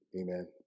amen